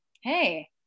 hey